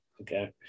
Okay